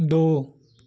दो